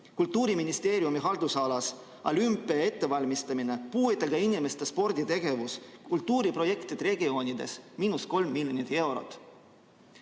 Kultuuriministeeriumi haldusalas olümpia ettevalmistamine, puuetega inimeste sporditegevus, kultuuriprojektid regioonides – miinus 3 miljonit eurot.